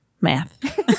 Math